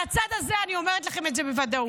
על הצד הזה אני אומרת לכם את זה בוודאות.